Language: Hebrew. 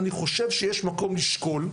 אני חושב שיש מקום לשקול,